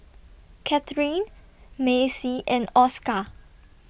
Katherine Macy and Oscar